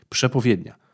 Przepowiednia